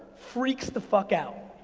freaks the fuck out.